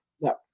No